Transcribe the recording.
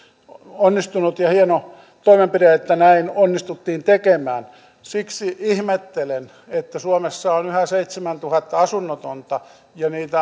onnistunut ja hieno toimenpide että näin onnistuttiin tekemään siksi ihmettelen että suomessa on yhä seitsemäntuhatta asunnotonta ja heitä